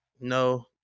no